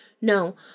No